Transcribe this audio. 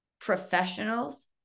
professionals